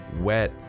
wet